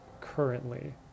currently